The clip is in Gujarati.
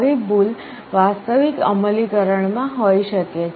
આવી ભૂલ વાસ્તવિક અમલીકરણમાં હોઈ શકે છે